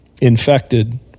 infected